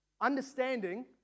understanding